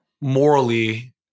morally